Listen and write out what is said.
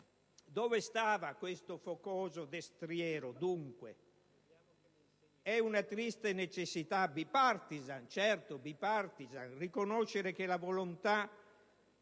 Dove stava questo focoso destriero, dunque? È una triste necessità *bipartisan* - certo, *bipartisan* - riconoscere che la volontà